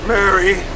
Mary